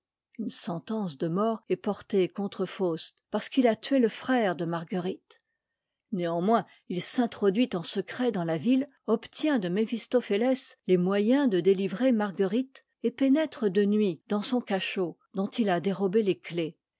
une sentence de mort est portée contre faust parce qu'il a tué le frère de marguerite néanmoins il s'introduit en secret dans la ville obtient de méphistophéiés les moyens de délivrer marguerite et pénétre de nuit dans son cachot dont il a dérobé les clefs